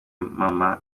mama